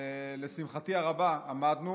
לשמחתי הרבה, עמדנו,